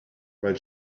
while